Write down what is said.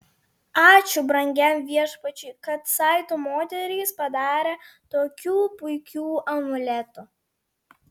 ačiū brangiam viešpačiui kad saitu moterys padarė tokių puikių amuletų